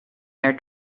their